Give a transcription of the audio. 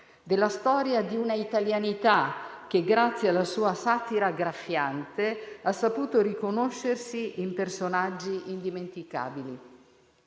della storia di una italianità che grazie alla sua satira graffiante ha saputo riconoscersi in personaggi indimenticabili,